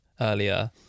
earlier